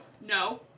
No